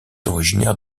originaire